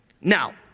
Now